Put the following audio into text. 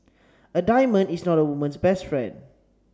a diamond is not a woman's best friend